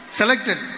selected